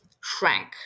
shrank